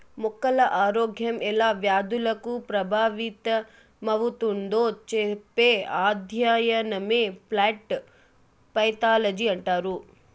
మొక్కల ఆరోగ్యం ఎలా వ్యాధులకు ప్రభావితమవుతుందో చెప్పే అధ్యయనమే ప్లాంట్ పైతాలజీ అంటారు